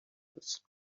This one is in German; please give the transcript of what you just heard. ist